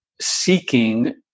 seeking